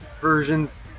versions